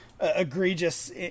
egregious